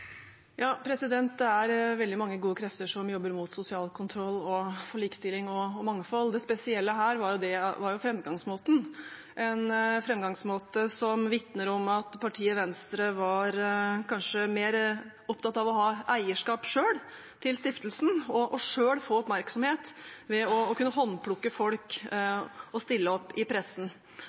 Ja, det er veldig mange gode krefter som jobber mot sosial kontroll og for likestilling og mangfold. Det spesielle her var jo framgangsmåten – en framgangsmåte som vitner om at partiet Venstre kanskje var mer opptatt av selv å ha eierskap til stiftelsen, og selv få oppmerksomhet ved å kunne håndplukke folk og stille opp i pressen,